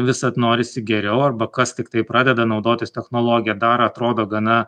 visad norisi geriau arba kas tiktai pradeda naudotis technologija dar atrodo gana